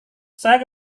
saya